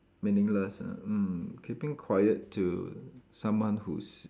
meaningless ah mm keeping quiet to someone who's